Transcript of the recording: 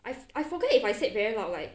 I I forget if I said very loud like